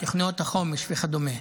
תוכניות החומש וכדומה.